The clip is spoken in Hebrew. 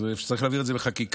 אז צריך להעביר את זה בחקיקה,